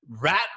rat